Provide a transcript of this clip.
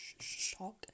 shock